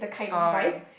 okay